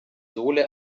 sohle